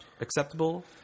acceptable